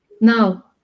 Now